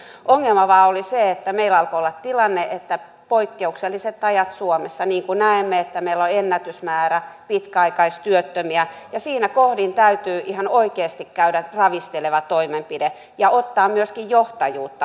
ongelma vain oli se että meillä alkoi olla tilanne että on poikkeukselliset ajat suomessa niin kuin näemme meillä on ennätysmäärä pitkäaikaistyöttömiä ja siinä kohdin täytyy ihan oikeasti käydä ravisteleva toimenpide ja ottaa myöskin johtajuutta